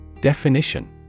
Definition